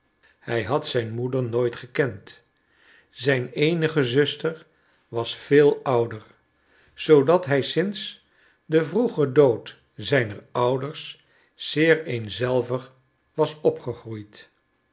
hij had zijn moeder nooit gekend zijn eenige zuster was veel ouder zoodat hij sinds den vroegen dood zijner ouders zeer eenzelvig was opgegroeid